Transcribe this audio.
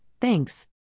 thanks